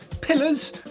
Pillars